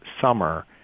summer